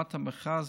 השלמת המכרז,